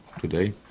today